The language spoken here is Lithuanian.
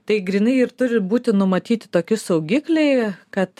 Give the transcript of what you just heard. tai grynai ir turi būti numatyti toki saugikliai kad